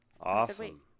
Awesome